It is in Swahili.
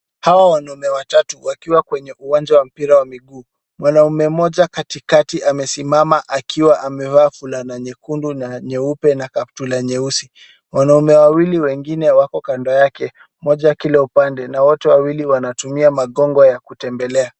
Hawa wanaume watatu wakiwa kwenye uwanja wa mpira wa miguu. Mwanamume mmoja katikati amesimama akiwa amevaa fulana nyekundu na nyeupe na kaptura nyeusi. Wanaume wengine wawili wako kando yake, mmoja kila upande na wote wawili wanatumia magongo ya kutembelea.